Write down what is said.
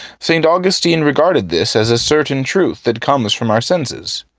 st. augustine regarded this as a certain truth that comes from our senses.